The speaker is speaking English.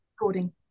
recording